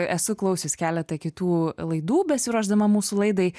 esu klausius keletą kitų laidų besiruošdama mūsų laidai